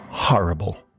Horrible